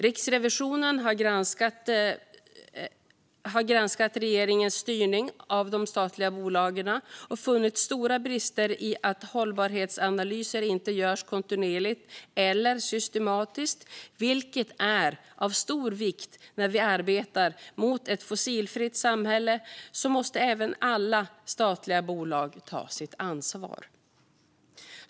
Riksrevisionen har granskat regeringens styrning av de statliga bolagen och funnit stora brister i att hållbarhetsanalyser inte görs kontinuerligt eller systematiskt, vilket är av stor vikt. När vi arbetar mot ett fossilfritt samhälle måste även alla statliga bolag ta sitt ansvar.